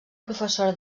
professora